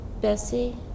Bessie